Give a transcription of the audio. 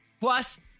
plus